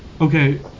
Okay